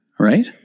Right